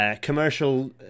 Commercial